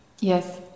Yes